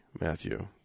Matthew